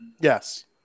Yes